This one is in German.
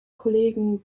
kollegen